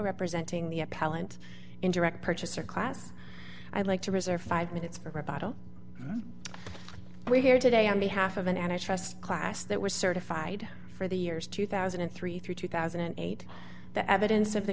representing the appellant in direct purchaser class i'd like to reserve five minutes for rebuttal we hear today on behalf of an anti trust class that was certified for the years two thousand and three through two thousand and eight the evidence of the